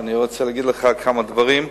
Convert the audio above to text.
ואני רוצה להגיד לך כמה דברים.